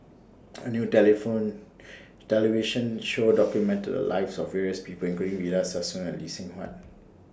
A New telephone television Show documented The Lives of various People including Victor Sassoon and Lee Seng Huat